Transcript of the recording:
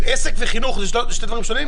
עסק וחינוך זה שני דברים שונים?